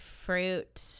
fruit